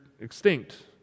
extinct